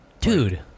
Dude